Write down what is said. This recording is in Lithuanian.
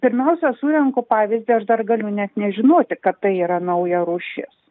pirmiausia surenku pavyzdį aš dar galiu net nežinoti kad tai yra nauja rūšis